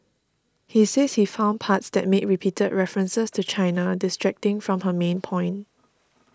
he says he found parts that made repeated references to China distracting from her main point